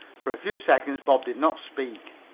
for a few seconds bob did not speak.